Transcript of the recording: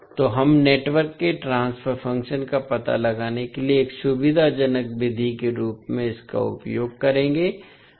तोहम नेटवर्क के transfer function का पता लगाने के लिए एक सुविधाजनक विधि के रूप में इसका उपयोग करेंगे